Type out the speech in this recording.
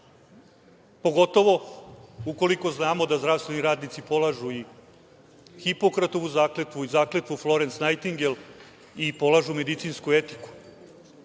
beba. Pogotovo, ukoliko znamo da zdravstveni radnici polažu i Hipokratovu zakletvu, zakletvu Florens najtingel i polažu medicinsku etiku. Zato